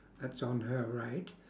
that's on her right